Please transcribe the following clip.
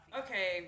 okay